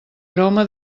aroma